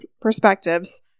perspectives